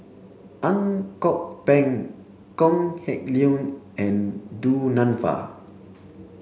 Ang Kok Peng Kok Heng Leun and Du Nanfa